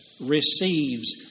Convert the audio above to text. receives